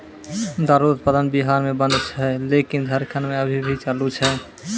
दारु उत्पादन बिहार मे बन्द छै लेकिन झारखंड मे अभी भी चालू छै